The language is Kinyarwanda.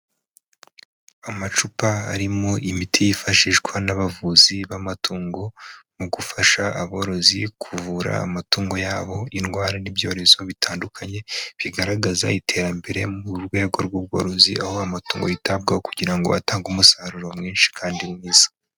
Amacupa arimo imiti yifashishwa n'abavuzi b'amatungo mu gufasha aborozi kuvura amatungo yabo indwara n'ibyorezo bitandukanye, bigaragaza iterambere mu rwego rw'ubworozi aho amatungo yitabwaho kugira ngo atange umusaruro mwinshi kandi mwiza.